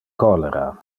cholera